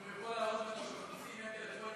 אם הוא יכול להראות לנו שבכיסים אין לו טלפונים